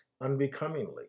unbecomingly